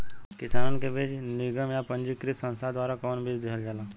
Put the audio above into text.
किसानन के बीज निगम या पंजीकृत संस्था द्वारा कवन बीज देहल जाला?